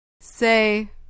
Say